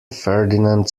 ferdinand